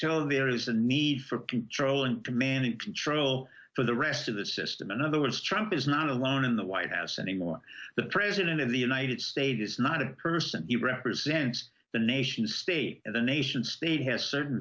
until there is a need for control and command and control for the rest of the system in other words trump is not alone in the white house anymore the president of the united states is not a person he represents the nation state and the nation state has certain